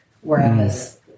Whereas